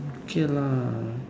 okay lah